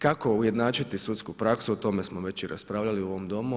Kako ujednačiti sudsku praksu o tome smo već i raspravljali u ovom Domu.